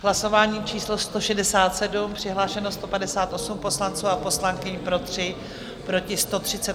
Hlasování číslo 167, přihlášeno 158 poslanců a poslankyň, pro 3, proti 138.